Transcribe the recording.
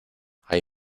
hay